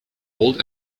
old